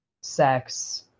sex